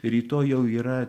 rytoj jau yra